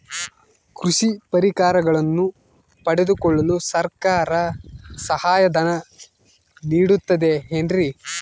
ಕೃಷಿ ಪರಿಕರಗಳನ್ನು ಪಡೆದುಕೊಳ್ಳಲು ಸರ್ಕಾರ ಸಹಾಯಧನ ನೇಡುತ್ತದೆ ಏನ್ರಿ?